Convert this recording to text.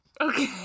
Okay